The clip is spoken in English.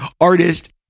artist